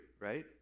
right